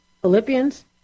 Philippians